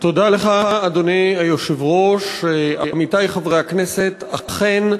אדוני היושב-ראש, תודה לך, עמיתי חברי הכנסת, אכן,